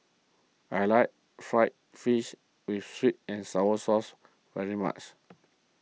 I like Fried Fish with Sweet and Sour Sauce very much